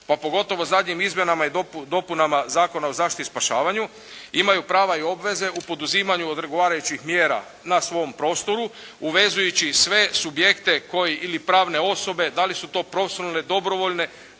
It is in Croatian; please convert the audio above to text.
pa pogotovo zadnjim izmjenama i dopunama Zakona o zaštiti i spašavanju imaju prava i obveze u poduzimanju odgovarajućih mjera na svom prostoru uvezujući i sve objekte koji, ili pravne osobe da li su to profesionalne, dobrovoljne,